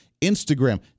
Instagram